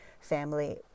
family